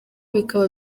bikaba